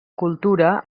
cultura